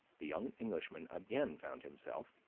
the young englishman again found himself,